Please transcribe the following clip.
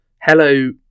Hello